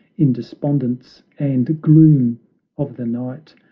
in despondence and gloom of the night,